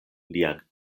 lian